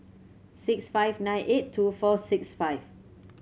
six five nine eight two four six five